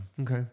Okay